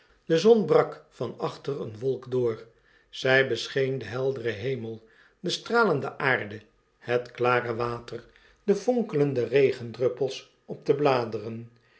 de zon brak van achter eene wolk door zij bescheen den helderen hemel de stralende aarde het klare water de vonkelende regendruppels op de bladeren